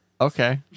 Okay